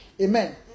Amen